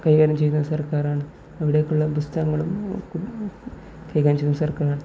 കൈകാര്യം ചെയ്യുന്നത് സർക്കാരാണ് അവിടേക്കുള്ള പുസ്തകങ്ങളും കൈകാര്യം ചെയ്യുന്നത് സർക്കാരാണ്